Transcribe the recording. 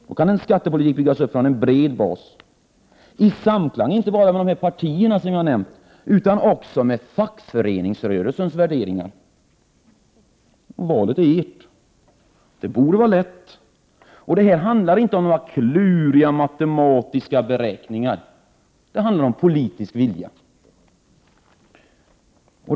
Då kan en skattepolitik byggas upp från en bred bas, i samklang inte bara med de partier som jag har nämnt utan också med fackföreningsrörelsens värderingar. Valet är ert — det borde vara lätt! Det handlar inte om några kluriga matematiska beräkningar —- det handlar om politisk vilja.